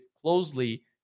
closely